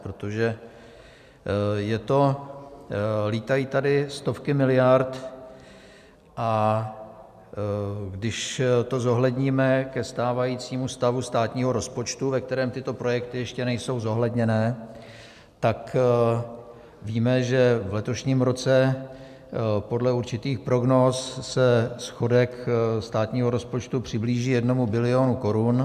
Protože lítají tady stovky miliard, a když to zohledníme ke stávajícímu stavu státního rozpočtu, ve kterém tyto projekty ještě nejsou zohledněné, tak víme, že v letošním roce podle určitých prognóz se schodek státního rozpočtu přiblíží jednomu bilionu korun.